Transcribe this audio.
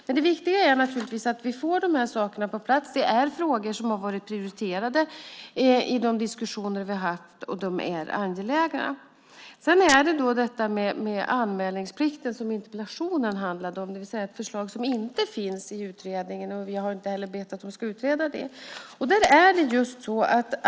Men det viktiga är naturligtvis att vi får de här sakerna på plats. Det är frågor som har varit prioriterade i de diskussioner vi har haft, och de är angelägna. När det gäller det här med anmälningsplikten som interpellationen handlar om, är det ett förslag som inte finns med i utredningen, och vi har inte heller bett att man ska utreda det.